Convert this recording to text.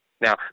Now